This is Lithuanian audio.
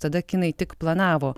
tada kinai tik planavo